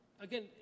again